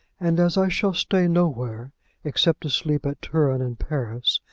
and as i shall stay nowhere except to sleep at turin and paris,